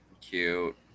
cute